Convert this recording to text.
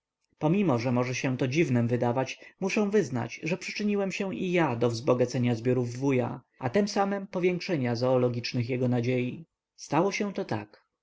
pomimo że może się to dziwnem wydać muszę wyznać że przyczyniłem się i ja do wzbogacenia zbiorów wuja a tem samem pówiększenia zoologicznych jego nadziei stało się to tak